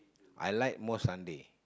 I like more Sunday